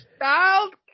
Child